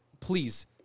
please